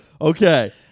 Okay